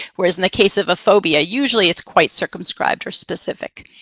whereas in the case of a phobia, usually it's quite circumscribed or specific.